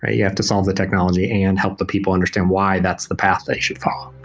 ah you have to solve the technology and help the people understand why that's the path they should follow.